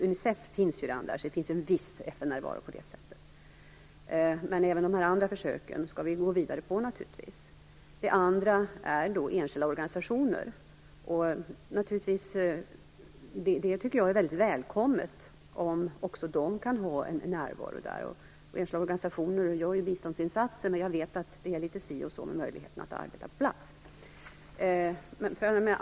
Unicef finns redan där, så det innebär en viss närvaro. Men även de andra försöken skall vi naturligtvis gå vidare med. Det andra är enskilda organisationer, och det är mycket välkommet om också de kan ha en närvaro där. Enskilda organisationer gör ju biståndsinsatser, men jag vet att det är litet si och så med möjligheterna att arbeta på plats.